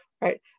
right